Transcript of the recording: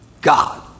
God